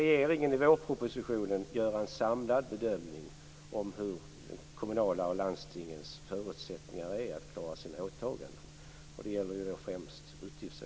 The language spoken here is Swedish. Regeringen skall i vårpropositionen göra en samlad bedömning om hur kommunernas och landstingen förutsättningar är att klara sina åtaganden. Det gäller främst utgiftsåret